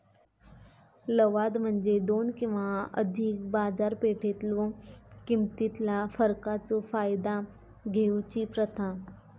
लवाद म्हणजे दोन किंवा अधिक बाजारपेठेतलो किमतीतला फरकाचो फायदा घेऊची प्रथा